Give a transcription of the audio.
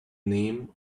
name